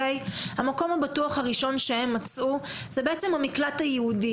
המקום הבטוח הראשון שהם מצאו זה בעצם המקלט היהודי,